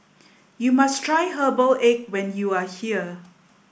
you must try Herbal Egg when you are here